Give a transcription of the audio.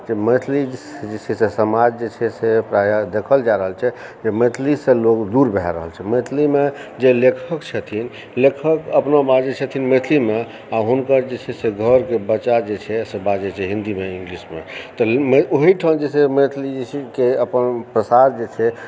जे मैथिली जे छै से समाज जे छै से प्रायः देखल जाए रहल छै जे मैथिली सऽ लोग दूर भए रहल छै मैथिलीमे जे लेखक छथिन लेखक अपना बाजै छथिन मैथिलीमे आ हुनकर जे छै से घर के बच्चा जे छै से बाजै छै हिन्दी मे इंगलिशमे तऽ ओहिठाम जे छै मैथिली के अपन प्रसार जे छै